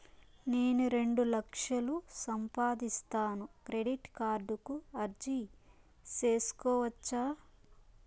నేను రెండు లక్షలు సంపాదిస్తాను, క్రెడిట్ కార్డుకు అర్జీ సేసుకోవచ్చా?